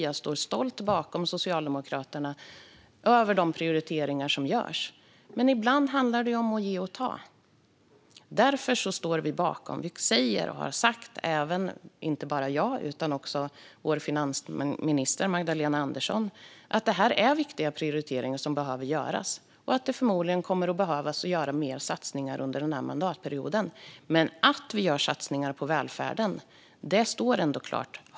Jag står stolt bakom Socialdemokraterna och de prioriteringar som görs, men ibland handlar det om att ge och ta. Därför står vi bakom det. Inte bara jag utan också vår finansminister Magdalena Andersson säger och har sagt att viktiga prioriteringar behöver göras och att fler satsningar förmodligen kommer att behöva göras under denna mandatperiod. Att vi gör satsningar på välfärden står ändå klart.